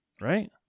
right